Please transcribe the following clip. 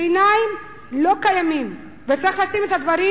ביניים, לא קיימים, וצריך לשים את הדברים.